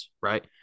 right